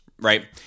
Right